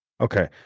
Okay